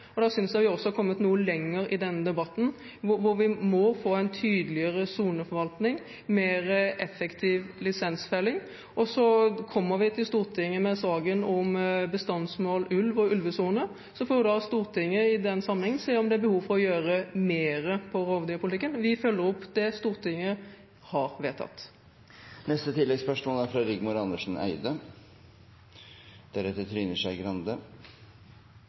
Da synes jeg vi også har kommet noe lenger i denne debatten, hvor vi må få en tydeligere soneforvaltning og mer effektiv lisensfelling, og så kommer vi til Stortinget med saken om bestandsmål for ulv og ulvesone. Så får da Stortinget i den sammenhengen se om det er behov for å gjøre mer i rovdyrpolitikken. Vi følger opp det Stortinget har vedtatt. Rigmor Andersen Eide